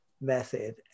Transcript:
method